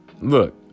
Look